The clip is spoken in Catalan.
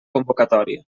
convocatòria